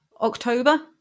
October